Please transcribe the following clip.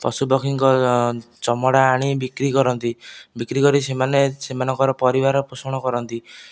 ପଶୁ ପକ୍ଷୀ ଙ୍କ ଚମଡା ଆଣି ବିକ୍ରି କରନ୍ତି ବିକ୍ରିକରି ସେମାନେ ସେମାନଙ୍କ ପରିବାର ପୋଷଣ କରନ୍ତି